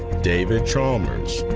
david chalmers.